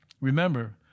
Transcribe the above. Remember